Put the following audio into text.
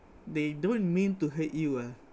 they don't mean to hurt you ah